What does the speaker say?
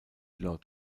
lord